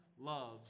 loves